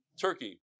Turkey